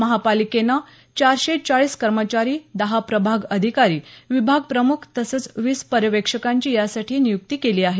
महापालिकेनं चारशे चाळीस कर्मचारी दहा प्रभाग अधिकारी विभाग प्रमुख तसंच वीस पर्यवेक्षकांची यासाठी नियुक्ती केली आहे